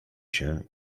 się